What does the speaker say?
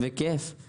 בכיף.